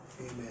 Amen